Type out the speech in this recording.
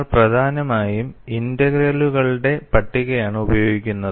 നിങ്ങൾ പ്രധാനമായും ഇന്റഗ്രലുകളുടെ പട്ടികയാണ് ഉപയോഗിക്കുന്നത്